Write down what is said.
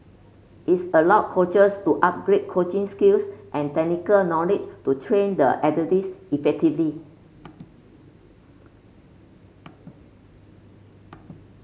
is allow coaches to upgrade coaching skills and technical knowledge to train the athletes effectively